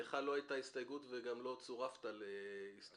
לך לא הייתה הסתייגות וגם לא צורפת להסתייגויות.